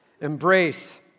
Embrace